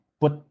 put